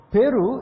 Peru